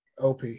Op